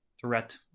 threat